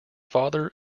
father